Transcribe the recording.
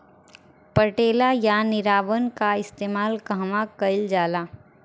पटेला या निरावन का इस्तेमाल कहवा कइल जाला?